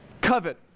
covet